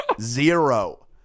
Zero